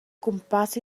gwmpas